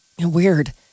Weird